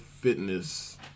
Fitness